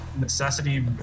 necessity